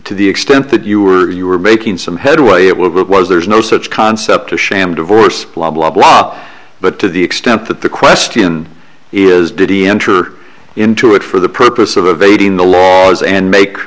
to the extent that you were you were making some headway it was there's no such concept a sham divorce blah blah blah but to the extent that the question is did he enter into it for the purpose of evading the laws and make